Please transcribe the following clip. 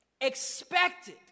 expected